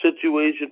situation